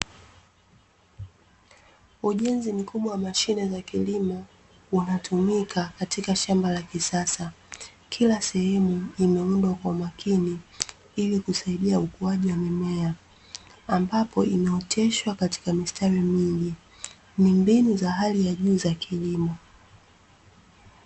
Ujenzi mkubwa wa mashine za kilimo, unatumika katika shamba la kisasa. Kila sehemu imeundwa kwa umakini, ili kusaidia ukuaji wa mimea. Ambapo imeoteshwa katika mistari mingi, ni mbinu za hali ya juu za kilimo.